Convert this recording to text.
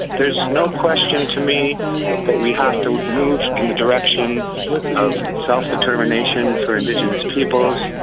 there's no question to me that we have to move in the direction of self-determination for indigenous peoples,